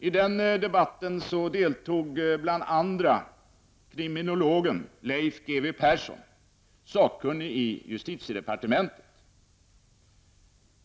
I denna debatt deltog bl.a. kriminologen Leif G W Persson, sakkunnig i justitiedepartementet.